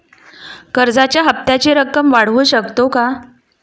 कर्जाच्या हप्त्याची रक्कम वाढवू शकतो का?